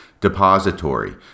depository